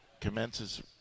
commences